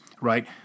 right